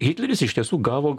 hitleris iš tiesų gavo